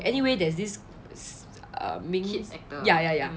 okay anyway there's this~ uh 明 ya ya ya